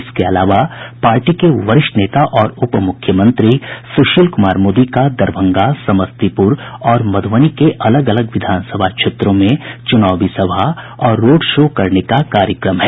इसके अलावा पार्टी के वरिष्ठ नेता और उप मुख्यमंत्री सुशील कुमार मोदी का दरभंगा समस्तीपुर और मधुबनी के अलग अलग विधानसभा क्षेत्रों में चुनावी सभा और रोड शो करने का कार्यक्रम है